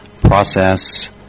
process